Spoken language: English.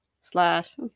slash